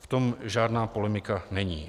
O tom žádná polemika není.